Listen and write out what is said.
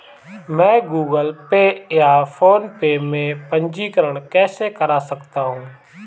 मैं Google Pay या PhonePe में पंजीकरण कैसे कर सकता हूँ?